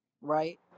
right